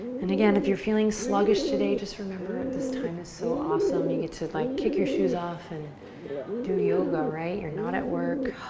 and again, if you're feeling sluggish today, just remember this time is so awesome. you get to like kick your shoes off and do yoga, right? you're not at work,